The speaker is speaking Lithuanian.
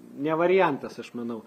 ne variantas aš manau